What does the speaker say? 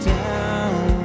down